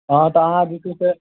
हँ तऽ अहाँ जे छै से